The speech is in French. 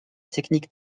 techniques